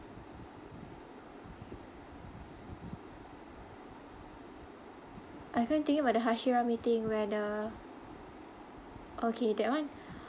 I keep on thinking about the hashira meeting where the okay that [one]